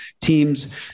teams